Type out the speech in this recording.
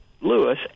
Lewis